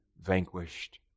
vanquished